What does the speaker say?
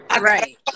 Right